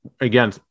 again